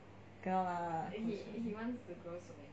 can not lah